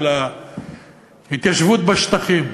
של ההתיישבות בשטחים,